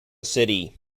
city